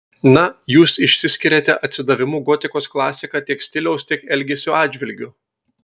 na jūs išsiskiriate atsidavimu gotikos klasika tiek stiliaus tiek elgesio atžvilgiu